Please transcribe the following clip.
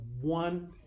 one